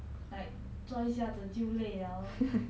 like 做一下子就累了